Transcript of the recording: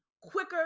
quicker